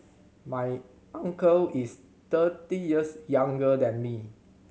my uncle is thirty years younger than me